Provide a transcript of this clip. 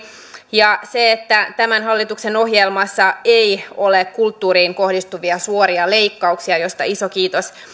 ja se että tämän hallituksen ohjelmassa ei ole kulttuuriin kohdistuvia suoria leikkauksia mistä iso kiitos